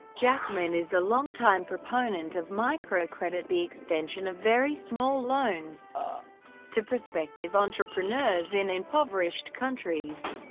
jackman is a longtime proponent of microcredit the extension of very small loans to prospective entrepreneurs in impoverished countries.